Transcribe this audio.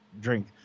drink